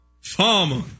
Farmer